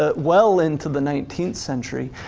ah well into the nineteenth century.